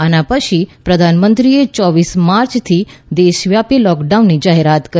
આના પછી પ્રધાનમંત્રીએ યોવીસ માર્ચથી દેશવ્યાપી લોકડાઉનની જાહેરાત કરી